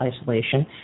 isolation